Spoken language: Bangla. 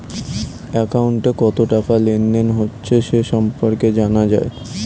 অ্যাকাউন্টে কত টাকা লেনদেন হয়েছে সে সম্পর্কে জানা যায়